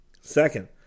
Second